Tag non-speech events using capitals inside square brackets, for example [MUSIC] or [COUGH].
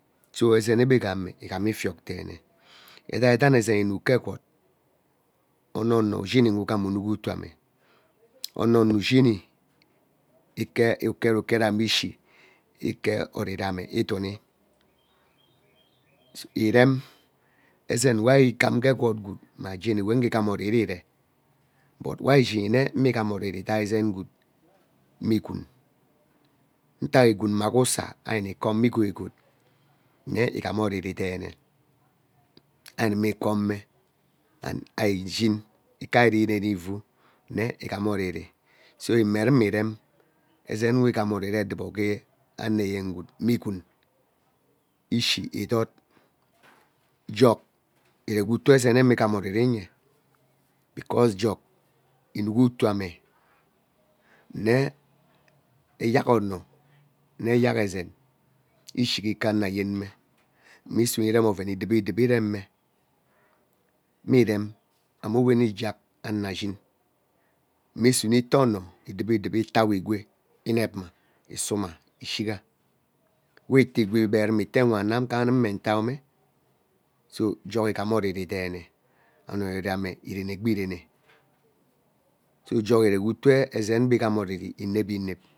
So ezen ebe ghame ighan ifiok deehe edaidee ezen inuk ke egwud ono ono ijshimi, gee ugham uruk utuu me ono ono ushini ikee iket uketime ishi ike oririme idumi iren [NOISE] ezen wari igham gee egwut gwood mma jeni we ngee igham oriri iree but we ari idei ezen gwood mme igwin ntak igwin mmaghe usaa ari ani come e ighogot comee and ari ishii ikari irirene ivwu nne igham aa oriri so ume ruma ruma iren ezen we igham orivi ghee anoyen gwood mee igwin, ishii idod [NOISE] jog ire gee utuu ezeme igham oriri nyee because jong inuk utuu ame nne eyak ono nne eyak ezen ishigi ikaawo ayeme inesuu ireme oren dube dube irem mma mmerem anaowen ijack ano ashin mma isune itaa oono edube edube ita awo itawo egwee inepma isuma ishigha wo itaa egwee igbere mma wan mma aun ike anun mme atawo so jog igham oriri de ene and oriri ame irene gbaa irene so jog ire gee utuu ee ezen gbe oriri inevi inep.